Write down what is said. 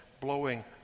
blowing